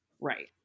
Right